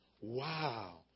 Wow